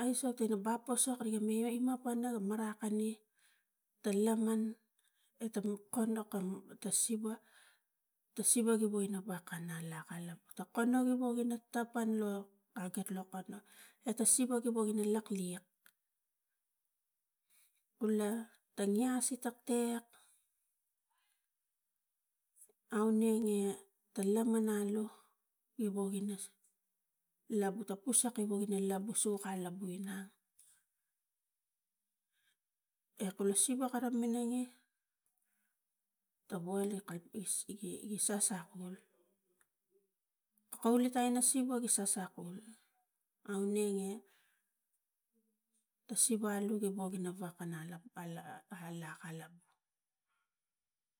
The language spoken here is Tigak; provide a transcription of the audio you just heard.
aisok a bap posok ariga mima me ga marakani ta laman e tang kona tang siva, ta siva givo ina bak kavo lak kalak ta convo givo ina tapan lo a tak lokono at siva givo ina lak liak, kula tangina ta ngias i tektek aunenge ta laman alu i woge ina labu ta kusa wogi labus ukai labu inang, e kura siva kara minang e ta boile tapis gi sasak, kaule tangina siva gi sasak aunenge ta siva givo ge wokanap e a lak alak.